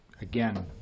again